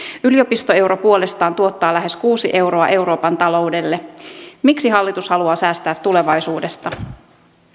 yliopistoeuro puolestaan tuottaa lähes kuusi euroa euroopan taloudelle miksi hallitus haluaa säästää tulevaisuudesta